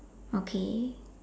okay